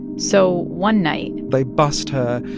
so one night. they bust her,